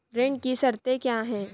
ऋण की शर्तें क्या हैं?